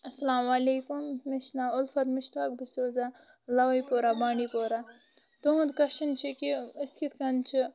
اسلامُ وعلیکُم مےٛ چھُ ناو اُلفت مُشتاق بہٕ چھَس روزان لاوی پورہ بانڈِی پورہ تُہنٛد کۄسچَن چھِ یہِ کہِ أسۍ کِتھ کٔنۍ چھِ